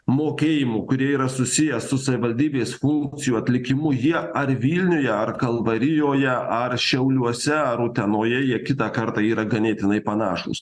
mokėjimų kurie yra susiję su savivaldybės funkcijų atlikimu jie ar vilniuje ar kalvarijoje ar šiauliuose ar utenoje jie kitą kartą yra ganėtinai panašūs